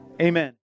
Amen